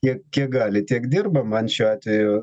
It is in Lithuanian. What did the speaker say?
kiek kiek gali tiek dirba man šiuo atveju